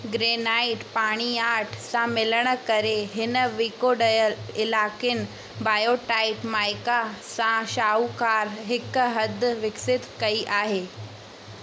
granite पाणियाठ सां मिलणु करे हिन विकोडयलु इलाक़नि बॉयोटाइप माइका सां शाहूकार हिक हदि विकसित कई आहे